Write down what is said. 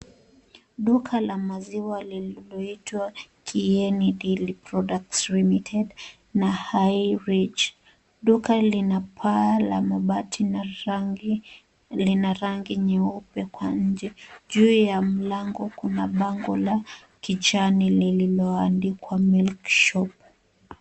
Duka la maziwa linaloitwa Kieni Dairy products limited na High rich. Duka lina paa la mabati na rangi nyeupe kwa nnje. Juu ya lango kuna bango la kijani lililoandikwa Milk shop .